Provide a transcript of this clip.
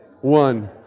one